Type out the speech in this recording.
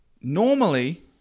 normally